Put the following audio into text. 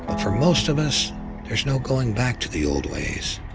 for most of us there's no going back to the old ways.